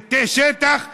זה שטח שלי,